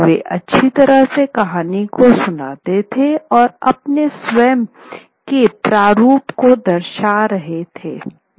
वे अच्छी तरह से कहानी को सुनाते थे और अपने स्वयं के प्रारूप को दर्शाते थे रें